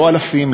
לא אלפים,